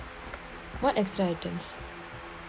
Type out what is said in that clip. what extra items